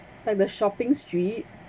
like the shopping street